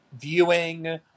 viewing